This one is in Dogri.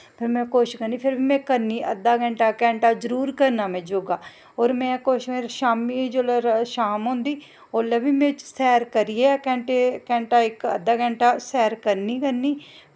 फिर में कोशश करनी फिर में अद्धा घैंटा जरूर करना में योगा होर में शामीं जिसलै शाम होंदी उसलै बी में सैर करियै गै घैंटे इक अद्धा घैंटा सैर करनी गै करनी